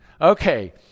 Okay